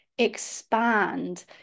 Expand